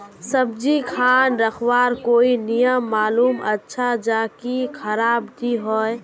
सब्जी खान रखवार कोई नियम मालूम अच्छा ज की खराब नि होय?